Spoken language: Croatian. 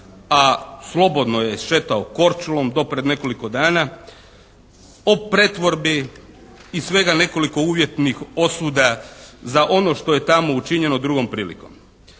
a slobodno je šetao Korčulom do pred nekoliko dana. O pretvorbi i svega nekoliko uvjetnih osuda za ono što je tamo učinjeno drugom prilikom.